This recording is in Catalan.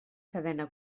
cadena